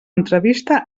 entrevista